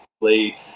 play